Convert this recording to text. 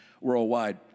worldwide